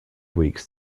weeks